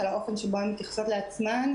על האופן שבו הן מתייחסות לעצמן".